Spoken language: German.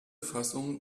fassung